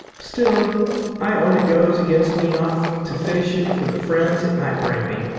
still i own it goes against me not to finish it for the friends it might bring me.